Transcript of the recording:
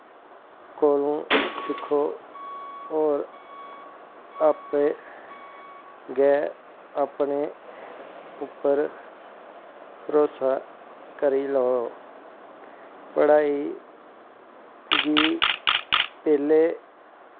कोलूं सिक्खो और आपै गै अपने उप्पर भरोसा करी लाओ पढ़ाई गी पैह्लें